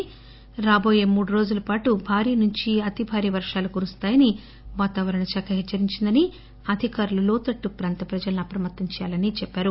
ఈ సందర్బంగా మంత్రి మాట్లాడుతూ రాబోయే మూడు రోజుల పాటు భారీ నుంచి అతి భారీ వర్షాలు కురుస్తాయని వాతావరణ శాఖ హెచ్చరించిందని అధికారులు లోతట్లు ప్రాంత ప్రజలను అప్రమత్తం చేయాలని చెప్పారు